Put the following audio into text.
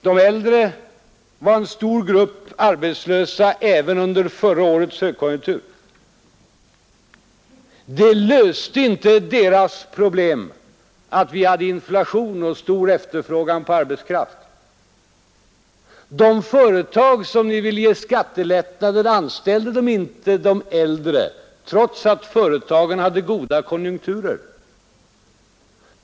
De äldre var en stor grupp av arbetslösa även under förra årets högkonjunktur. Att vi hade inflation och stor efterfrågan på arbetskraft löste inte deras problem, De företag som ni vill ge skattelättnader anställde inte de äldre, trots att företagen hade goda konjunkturer.